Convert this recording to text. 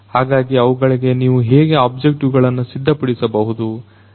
ಹಾಗಾಗಿ ಅವುಗಳಿಗೆ ನೀವು ಹೆಗೆ ಆಬ್ಜೆಕ್ಟಿವ್ಗಳನ್ನ ಸಿದ್ಧಪಡಿಸಬಹುದು